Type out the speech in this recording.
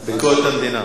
המדינה.